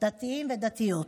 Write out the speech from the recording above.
דתיים ודתיות.